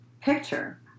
picture